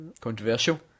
controversial